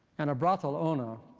and a brothel owner